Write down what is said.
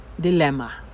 Dilemma